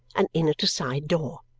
and in at a side door.